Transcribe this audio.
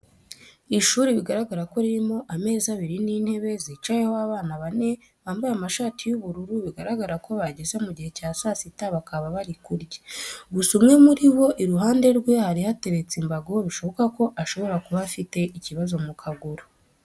Ishuri bigaragara ko ririmo ameza abiri n'intebe zicayeho abana bane bambaye amashati y'ubururu, biragaragara ko bageze mu gihe cya saa sita bakaba bari kurya, gusa umwe muri bo iruhande rwe hari hateretse imbago bishoboka ko ashobora kuba afite ikibazo mu kaguru.